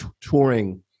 touring